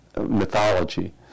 mythology